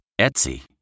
Etsy